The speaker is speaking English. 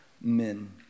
men